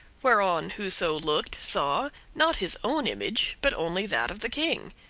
whereon whoso looked saw, not his own image, but only that of the king.